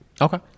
Okay